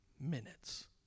minutes